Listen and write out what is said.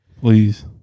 Please